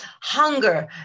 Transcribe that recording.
hunger